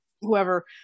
whoever